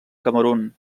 camerun